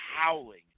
howling